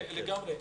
לגמרי.